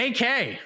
AK